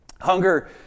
Hunger